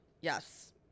Yes